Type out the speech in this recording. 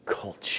culture